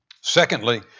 Secondly